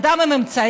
אדם עם אמצעים,